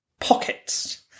pockets